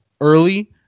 early